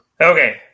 Okay